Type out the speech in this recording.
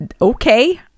Okay